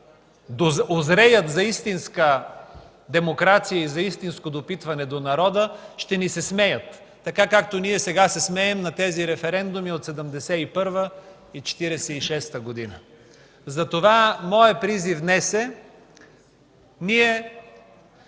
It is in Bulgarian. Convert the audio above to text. узреят за истинска демокрация и за истинско допитване до народа, ще ни се смеят така, както ние сега се смеем на тези референдуми от 1971 и 1946 г. В началото на този век